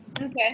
Okay